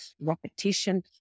repetition